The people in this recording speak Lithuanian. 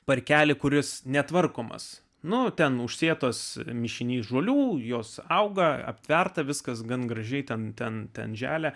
parkelį kuris netvarkomas nu ten užsėtos mišiny žolių jos auga aptverta viskas gan gražiai ten ten ten želia